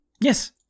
Yes